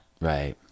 Right